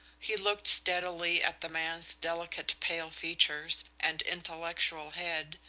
he looked steadily at the man's delicate pale features and intellectual head,